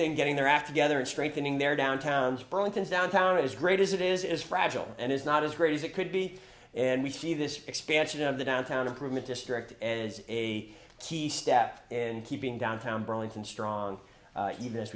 thing getting their act together and strengthening their downtowns burlington's downtown as great as it is is fragile and is not as great as it could be and we see this expansion of the downtown improvement district as a key step and keeping downtown burlington strong even